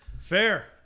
Fair